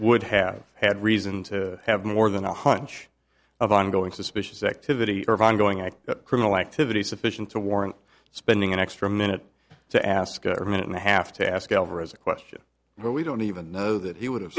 would have had reason to have more than a hunch of ongoing suspicious activity or of ongoing criminal activity sufficient to warrant spending an extra minute to ask a minute and a half to ask alvarez a question but we don't even know that he would have